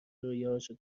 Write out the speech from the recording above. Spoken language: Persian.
رویاهاشو